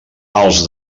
els